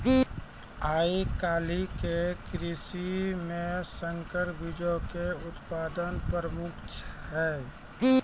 आइ काल्हि के कृषि मे संकर बीजो के उत्पादन प्रमुख छै